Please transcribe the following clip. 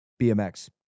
BMX